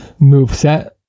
moveset